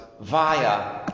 via